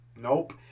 Nope